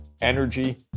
energy